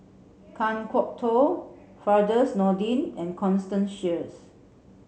Kan Kwok Toh Firdaus Nordin and Constance Sheares